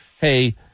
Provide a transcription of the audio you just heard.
hey